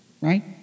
right